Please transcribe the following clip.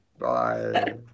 Bye